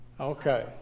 Okay